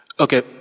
Okay